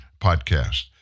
podcast